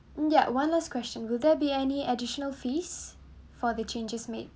ya one last question will there be any additional fees for the changes made